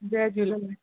Jay Jhulelal